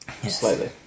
Slightly